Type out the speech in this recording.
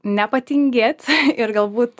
nepatingėt ir galbūt